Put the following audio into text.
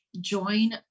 join